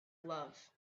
love